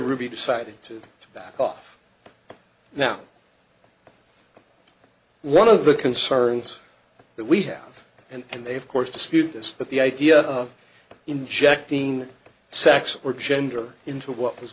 ruby decided to back off now one of the concerns that we have and they have courts dispute this but the idea of injecting sex or gender into what was